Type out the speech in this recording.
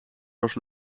was